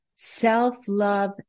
Self-love